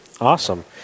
awesome